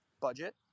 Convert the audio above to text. budget